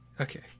Okay